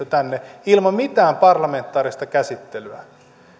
tänne ilman mitään parlamentaarista käsittelyä